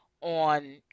on